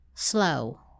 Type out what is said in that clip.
Slow